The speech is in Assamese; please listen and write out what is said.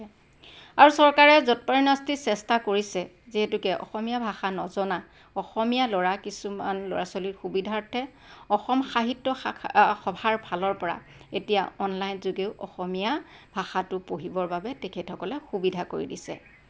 আৰু চৰকাৰে যৎপৰোনাস্তি চেষ্টা কৰিছে যিহেতুকে অসমীয়া ভাষা নজনা অসমীয়া ল'ৰা কিছুমান ল'ৰা ছোৱালীৰ সুবিধাৰ্থে অসম সাহিত্য শাখাৰ সভাৰ ফালৰ পৰা এতিয়া অনলাইন যোগেও অসমীয়া ভাষাটো পঢ়িবৰ বাবে তেখেতসকলে সুবিধা কৰি দিছে